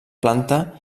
planta